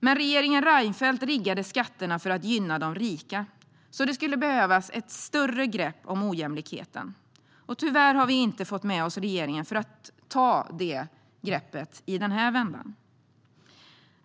Men regeringen Reinfeldt riggade skatterna för att gynna de rika, så det skulle behövas ett större grepp om ojämlikheten. Tyvärr har vi inte fått med oss regeringen för att ta det greppet i den här vändan.